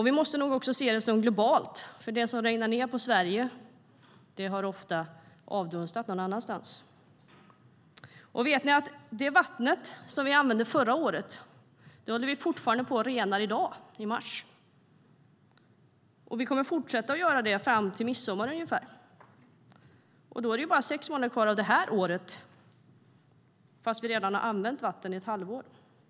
Vi måste nog även se det som globalt, för det som regnar ned på Sverige har ofta avdunstat någon annanstans. Vet ni att vi fortfarande i dag, i mars, håller på att rena det vatten vi använde förra året? Vi kommer att fortsätta göra det fram till midsommar ungefär, och då är det bara sex månader kvar av det här året trots att vi redan har använt vattnet i ett halvår.